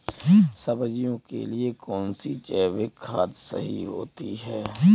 सब्जियों के लिए कौन सी जैविक खाद सही होती है?